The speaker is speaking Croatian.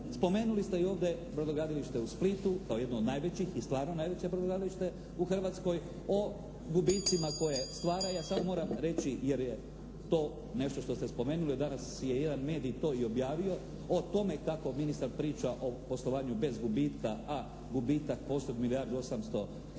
Spomenuli ste ovdje brodogradilište u Splitu kao jedno od najvećih i stvarno najveće brodogradilište u Hrvatskoj, o gubicima koje stvaraju. Ja samo moram reći jer je to nešto što ste spomenuli, danas je jedan medij to i objavio o tome kako ministar priča o poslovanju bez gubitka, a gubitak … /Govornik